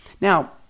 Now